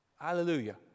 hallelujah